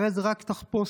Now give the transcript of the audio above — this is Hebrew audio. הרי זאת רק תחפושת.